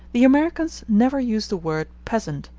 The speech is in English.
the americans never use the word peasant,